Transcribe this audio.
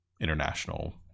international